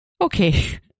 Okay